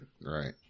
right